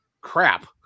crap